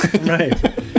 Right